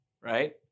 right